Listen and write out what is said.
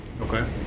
Okay